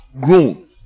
grown